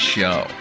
Show